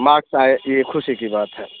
marks आए ये ख़ुशी की बात है